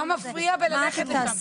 מה מפריע בללכת לשם?